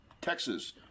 Texas